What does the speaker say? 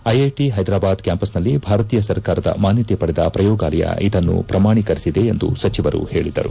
IIT Hyderabad ಕ್ಯಾಂಪಸ್ನಲ್ಲಿ ಭಾರತೀಯ ಸರ್ಕಾರದ ಮಾನ್ನತೆ ಪಡೆದ ಪ್ರಯೋಗಾಲಯ ಇದನ್ನು ಪ್ರಮಾಣೀಕರಿಸಿದೆ ಎಂದು ಸಚಿವರು ಹೇಳಿದರು